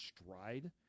stride